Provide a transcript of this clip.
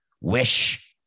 wish